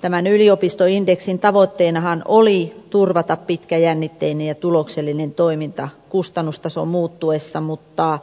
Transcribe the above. tämän yliopistoindeksin tavoitteenahan oli turvata pitkäjännitteinen ja tuloksellinen toiminta kustannustason muuttuessa mutta